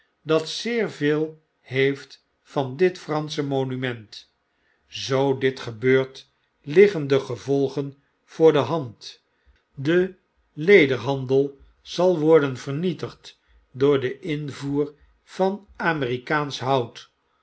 dat zeer veel heeft van dit pransche monument zoo dit gebeurt liggen de gevolgen voor da hand de lederhandel zal worden vernietigd door den invoer van amerikaansch hout